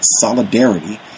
solidarity